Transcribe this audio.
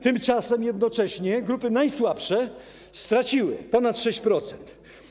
Tymczasem jednocześnie grupy najsłabsze straciły ponad 6%.